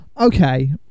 Okay